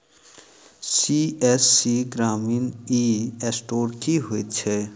CSC ग्रामीण e store की होइ छै?